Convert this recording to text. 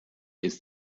ist